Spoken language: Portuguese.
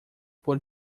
por